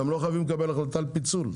גם לא חייבים לקבל החלטה על פיצול.